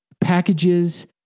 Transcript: packages